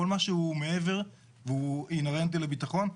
כל מה שהוא מעבר והוא אינהרנטי לביטחון,